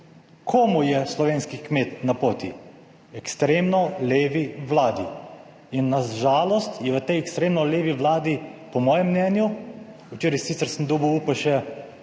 komu je slovenski kmet na poti? Ekstremno levi vladi in na žalost je v tej ekstremno levi vladi po mojem mnenju, včeraj sicer sem dobil upe še